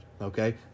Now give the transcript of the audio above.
okay